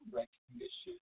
recognition